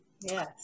yes